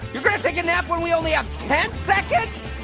you're gonna take a nap when we only have ten seconds? mm,